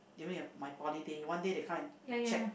during your my poly day one day they come and check